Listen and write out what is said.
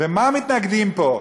ולמה מתנגדים פה?